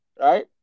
right